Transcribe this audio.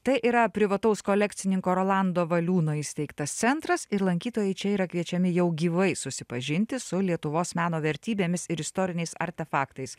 tai yra privataus kolekcininko rolando valiūno įsteigtas centras ir lankytojai čia yra kviečiami jau gyvai susipažinti su lietuvos meno vertybėmis ir istoriniais artefaktais